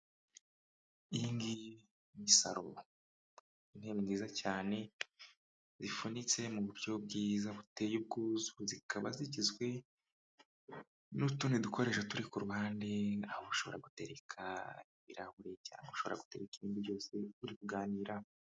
Iyi ngiyi ni isaro. Intebe nziza cyane zifunitse mu buryo bwiza buteye ubwuzu, zikaba zigizwe n'utundi dukoresho turi ku ruhande, aho ushobora gutereka ibirahure cyangwa ushobora gutekareka ibindi byose uri kuganiho.